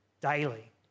daily